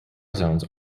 zones